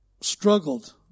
struggled